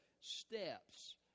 steps